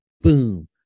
Boom